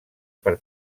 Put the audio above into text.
per